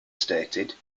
stated